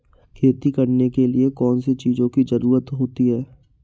खेती करने के लिए कौनसी चीज़ों की ज़रूरत होती हैं?